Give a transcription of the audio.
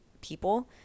people